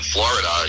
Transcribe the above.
Florida